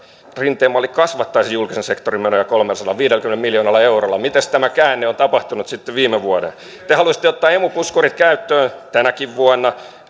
rinteen malli kasvattaisi julkisen sektorin menoja kolmellasadallaviidelläkymmenellä miljoonalla eurolla miten tämä käänne on tapahtunut sitten viime vuoden te halusitte ottaa emu puskurit käyttöön tänäkin vuonna